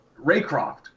Raycroft